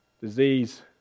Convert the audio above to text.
disease